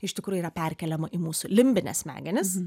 iš tikrųjų yra perkeliama į mūsų limbines smegenis